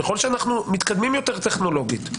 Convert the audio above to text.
ככל שאנחנו מתקדמים יותר טכנולוגית,